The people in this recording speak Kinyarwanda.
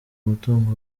umutungo